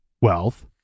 wealth